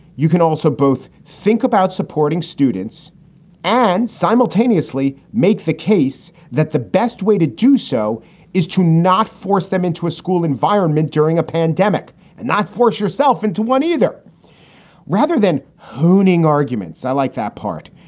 you can also both think about supporting students and simultaneously make the case that the best way to do so is to not force them into a school environment during a pandemic and not force yourself into one either rather than honing arguments. i like that part.